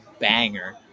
banger